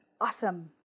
awesome